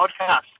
podcast